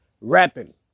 rapping